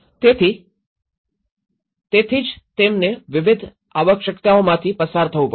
તેથી તેથી જ તેમને વિવિધ આવશ્યકતાઓમાંથી પસાર થવું પડશે